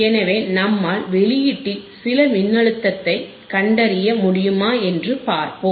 எனவே நம்மால் வெளியீட்டில் சில மின்னழுத்தத்தைக் கண்டறிய முடியுமா என்று பார்ப்போம்